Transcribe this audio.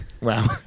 Wow